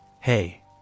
Hey